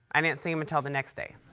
i didn't see him until the next day.